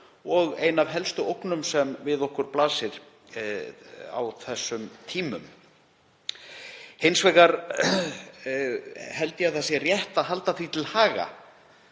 og ein af helstu ógnum sem við okkur blasir á þessum tímum. Hins vegar held ég að rétt sé að halda því til haga